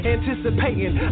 Anticipating